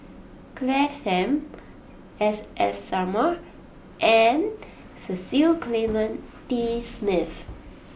Claire Tham S S Sarma and Cecil Clementi Smith